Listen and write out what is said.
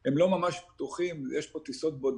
הם לא ממש פתוחים, יש פה טיסות בודדות.